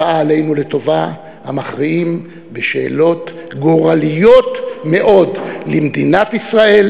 הבאה עלינו לטובה המכריעים בשאלות גורליות מאוד למדינת ישראל,